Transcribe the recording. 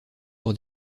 pour